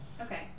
Okay